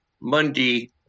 Monday